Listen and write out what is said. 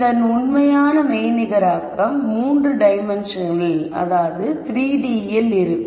இதன் உண்மையான மெய்நிகராக்கம் மூன்று டைமென்ஷன்களில் இருக்கும்